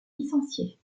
licenciée